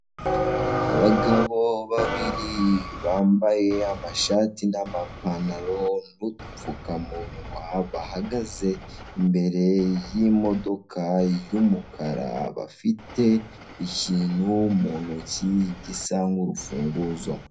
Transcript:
Abagabo babiri bambaye amashati n'amapantalo n'udupfukamunwa bahagaze imbere y'imodoka y'umukara, bafite ikintu mu ntoki gisa nk'urufunguzo.